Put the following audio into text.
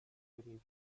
reviews